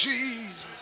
Jesus